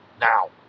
now